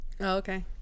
okay